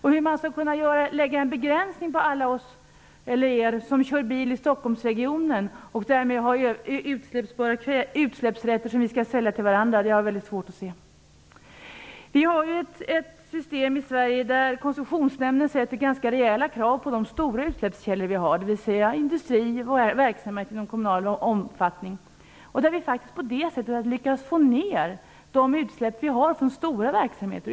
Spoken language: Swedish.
Hur man skall kunna lägga en begränsning på alla som kör bil i Stockholmsregionen och därmed ha utsläppsrätter som vi skall sälja till varandra har jag svårt att se. Vi har ett system i Sverige där Koncessionsnämnden ställer rejäla krav på de stora utsläppskällorna, dvs. industri och verksamhet i kommunal omfattning. Där har vi lyckats få ner utsläppen från stora verksamheter.